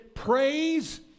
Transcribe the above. Praise